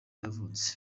yavutse